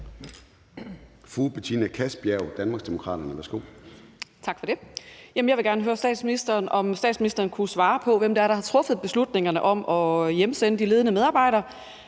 Fru Betina Kastbjerg, Danmarksdemokraterne. Værsgo. Kl. 13:07 Betina Kastbjerg (DD): Tak for det. Jeg vil gerne høre statsministeren, om statsministeren kunne svare på, hvem det er, der har truffet beslutningerne om at hjemsende de ledende medarbejdere,